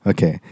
Okay